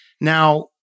Now